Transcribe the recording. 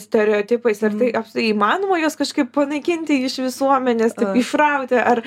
stereotipais ar tai aps įmanoma juos kažkaip panaikinti iš visuomenės taip išrauti ar